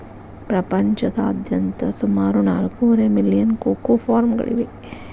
ಪ್ರಪಂಚದಾದ್ಯಂತ ಸುಮಾರು ನಾಲ್ಕೂವರೆ ಮಿಲಿಯನ್ ಕೋಕೋ ಫಾರ್ಮ್ಗಳಿವೆ